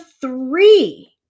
three